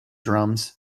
drums